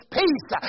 peace